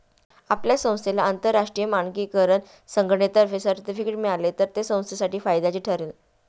आपल्या संस्थेला आंतरराष्ट्रीय मानकीकरण संघटनेतर्फे सर्टिफिकेट मिळाले तर ते संस्थेसाठी फायद्याचे ठरेल